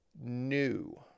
new